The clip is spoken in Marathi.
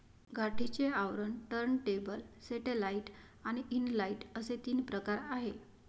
गाठीचे आवरण, टर्नटेबल, सॅटेलाइट आणि इनलाइन असे तीन प्रकार आहे